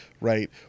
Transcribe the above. Right